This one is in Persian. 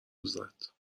دوزد